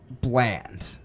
Bland